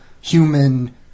human